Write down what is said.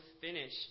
finish